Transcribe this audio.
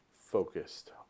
focused